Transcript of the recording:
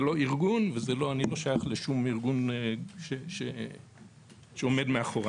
אבל זה לא ארגון ואני לא שייך לשום ארגון שעומד מאחוריי,